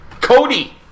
Cody